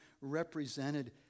represented